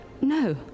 no